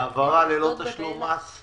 ההעברה היא ללא תשלום מס?